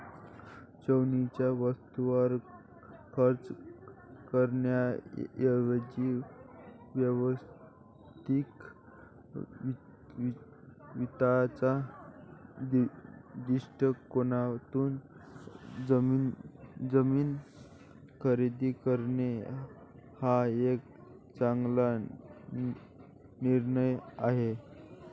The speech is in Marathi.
चैनीच्या वस्तूंवर खर्च करण्याऐवजी वैयक्तिक वित्ताच्या दृष्टिकोनातून जमीन खरेदी करणे हा एक चांगला निर्णय आहे